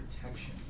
protection